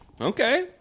Okay